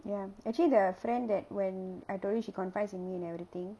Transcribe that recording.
ya actually the friend that when I told you she confides in me and everything